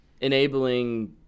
Enabling